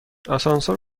آسانسور